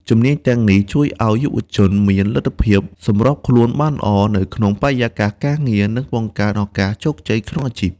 ជំនាញទាំងនេះជួយឱ្យយុវជនមានលទ្ធភាពសម្របខ្លួនបានល្អនៅក្នុងបរិយាកាសការងារ និងបង្កើនឱកាសជោគជ័យក្នុងអាជីព។